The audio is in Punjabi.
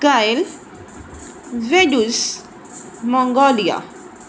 ਕਾਇਲ ਵੈਡੁਅਸ ਮੰਗੋਲੀਆ